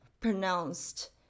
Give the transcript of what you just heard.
pronounced